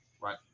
Right